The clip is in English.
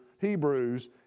Hebrews